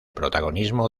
protagonismo